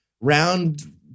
round